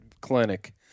clinic